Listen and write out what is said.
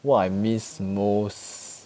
what I miss most